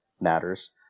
matters